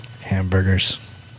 hamburgers